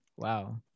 wow